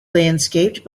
landscaped